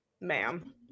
ma'am